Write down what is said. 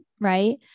right